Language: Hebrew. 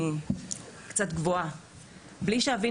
בוקר